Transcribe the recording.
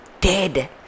dead